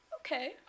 okay